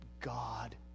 God